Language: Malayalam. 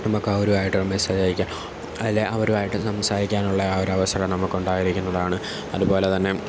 നമുക്കവരുമായിട്ട് മെസ്സേജ് അയയ്ക്കാം അല്ലെങ്കിൽ അവരുമായിട്ട് സംസാരിക്കാനുള്ള ആ ഒരവസരം നമുക്ക് ഉണ്ടായിരിക്കുന്നതാണ് അതുപോലെത്തന്നെ